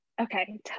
Okay